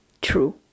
True